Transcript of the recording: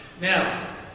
Now